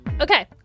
Okay